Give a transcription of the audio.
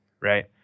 right